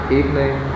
evening